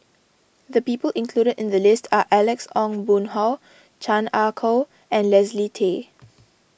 the people included in the list are Alex Ong Boon Hau Chan Ah Kow and Leslie Tay